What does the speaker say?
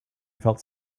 felt